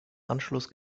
ausschuss